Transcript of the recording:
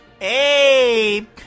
Ape